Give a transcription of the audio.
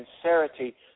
sincerity